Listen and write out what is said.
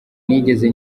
nigeze